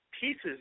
pieces